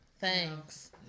Thanks